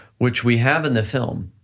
which we have in the film,